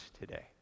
today